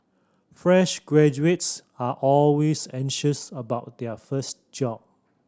fresh graduates are always anxious about their first job